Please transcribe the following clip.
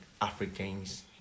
Africans